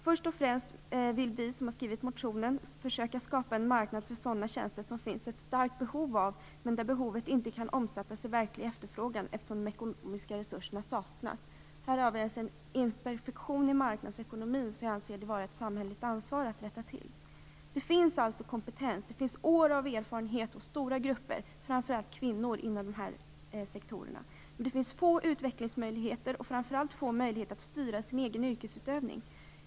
Först och främst vill vi som har skrivit motionen försöka skapa en marknad för sådana tjänster som det finns ett starkt behov av - ett behov som dock inte kan omsättas i verklig efterfrågan, eftersom det saknas ekonomiska resurser. Här har vi alltså en imperfektion i marknadsekonomin som jag anser att det är ett samhälleligt ansvar att rätta till. Det finns en kompetens. Det finns nämligen år av erfarenhet hos stora grupper, framför allt hos kvinnor inom nämnda sektorer. Däremot finns det få utvecklingsmöjligheter. Framför allt finns det få möjligheter att styra den egna yrkesutövningen.